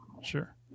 Sure